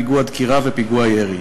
פיגוע דקירה ופיגוע ירי,